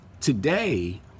today